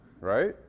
right